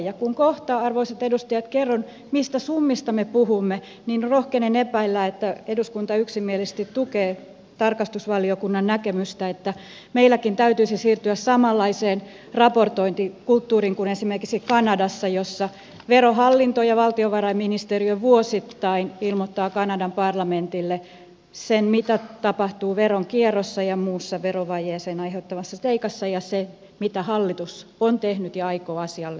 ja kun kohta arvoisat edustajat kerron mistä summista me puhumme niin rohkenen epäillä että eduskunta yksimielisesti tukee tarkastusvaliokunnan näkemystä että meilläkin täytyisi siirtyä samanlaiseen raportointikulttuuriin kuin esimerkiksi kanadassa jossa verohallinto ja valtiovarainministeriö vuosittain ilmoittavat kanadan parlamentille sen mitä tapahtuu veronkierrossa ja muissa verovajeeseen aiheuttavissa seikoissa ja sen mitä hallitus on tehnyt ja aikoo asialle tehdä